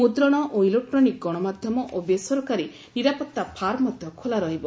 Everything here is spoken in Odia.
ମୁଦ୍ରଣ ଓ ଇଲେକ୍ରୋନିକ୍ ଗଣମାଧ୍ୟମ ଓ ବେସରକାରୀ ନିରାପତ୍ତା ଫାର୍ମ ମଧ୍ୟ ଖୋଲା ରହିବ